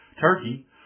Turkey